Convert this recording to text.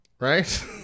Right